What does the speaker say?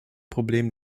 problem